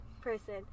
person